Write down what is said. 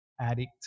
addict